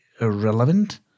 irrelevant